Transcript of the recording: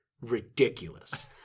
ridiculous